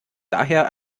daher